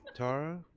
tara?